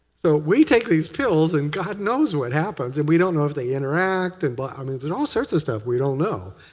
so we take these pills and god knows what happens. and we don't know if they interact. and but i mean there's all sorts of stuff we don't know.